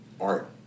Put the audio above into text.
art